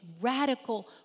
radical